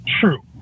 True